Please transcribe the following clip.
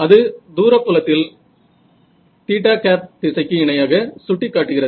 அது தூர புலத்தில் திசைக்கு இணையாக சுட்டிக்காட்டுகிறது